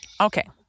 okay